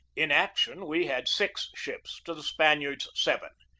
in action we had six ships to the spaniards' seven,